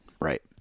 Right